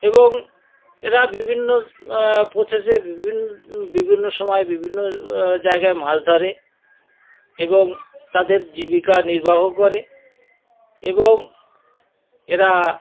এবং এরা বিভিন্ন প্রসেসে বিভিন্ন বিভিন্ন সময়ে বিভিন্ন জায়গায় মাছ ধরে এবং তাদের জীবিকা নির্বাহ করে এবং এরা